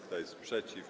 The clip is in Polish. Kto jest przeciw?